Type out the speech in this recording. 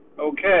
okay